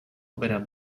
ópera